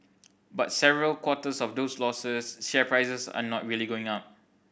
but several quarters of those losses share prices are not really going up